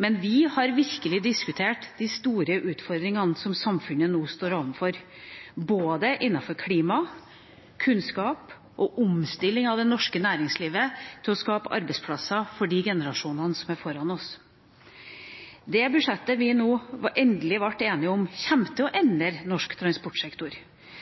men vi har virkelig diskutert de store utfordringene samfunnet nå står overfor, innenfor både klima, kunnskap og omstilling av det norske næringslivet for å skape arbeidsplasser for generasjonene etter oss. Det budsjettet vi nå endelig ble enige om, kommer til å endre norsk transportsektor,